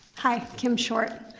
hi, kim short.